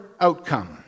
outcome